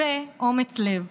והיא אומץ לב.